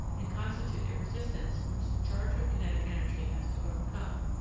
and constitute a resistance which the charge of kinetic energy has to overcome.